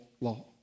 law